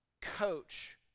coach